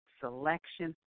selection